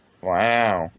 Wow